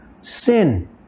sin